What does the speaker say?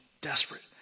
Desperate